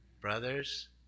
Brothers